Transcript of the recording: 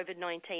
COVID-19